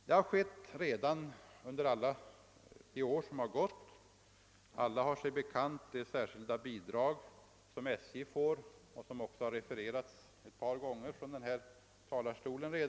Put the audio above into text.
Men så har redan skett under de år som gått. Alla känner till det särskilda bidrag som SJ får för trafik på olönsamma järnvägslinjer, och som redan omnämnts ett par gånger från denna talarstol.